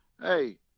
hey